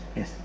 Yes